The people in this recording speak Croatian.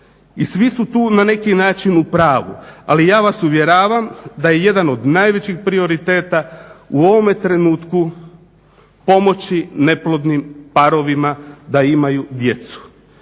I svi su tu na neki način u pravu, ali ja vas uvjeravam da je jedan od najvećih prioriteta u ovome trenutku pomoći neplodnim parovima da imaju djecu.